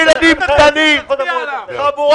--- מיקי,